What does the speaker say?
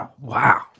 Wow